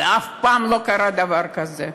ואף פעם לא קרה דבר כזה.